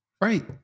Right